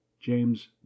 James